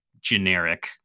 generic